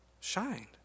shined